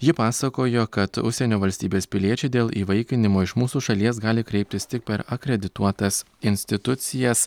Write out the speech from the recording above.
ji pasakojo kad užsienio valstybės piliečiai dėl įvaikinimo iš mūsų šalies gali kreiptis tik per akredituotas institucijas